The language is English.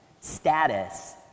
...status